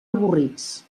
avorrits